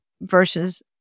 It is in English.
versus